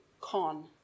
con